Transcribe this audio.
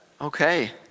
Okay